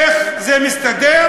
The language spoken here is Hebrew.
איך זה מסתדר?